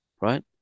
right